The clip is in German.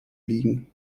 liegen